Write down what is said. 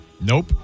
Nope